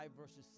verses